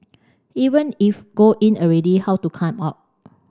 even if go in already how to come out